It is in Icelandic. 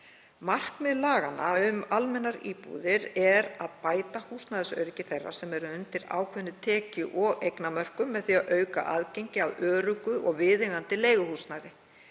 Markmið laganna um almennar íbúðir er að bæta húsnæðisöryggi þeirra sem eru undir ákveðnum tekju- og eignamörkum með því að auka aðgengi að öruggu og viðeigandi leiguhúsnæði.